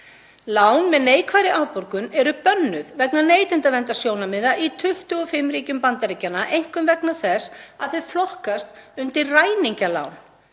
„Lán með neikvæðri afborgun eru bönnuð vegna neytendaverndarsjónarmiða í 25 ríkjum Bandaríkjanna, einkum vegna þess að þau flokkast undir ræningjalán